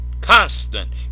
constant